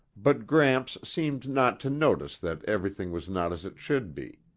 but gramps seemed not to notice that everything was not as it should be,